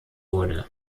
wurde